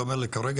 אתה אומר לי כרגע,